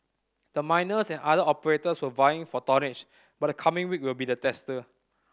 the miners and other operators were vying for tonnage but the coming week will be the tester